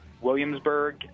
Williamsburg